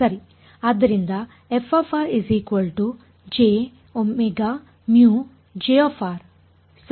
ಆದ್ದರಿಂದ fj⍵μJ ಸರಿ